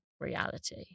reality